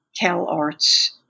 CalArts